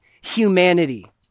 humanity